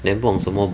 then 不懂什么